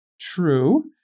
true